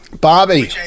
Bobby